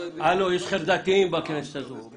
חרדתיים בכנסת הזו...